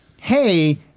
Hey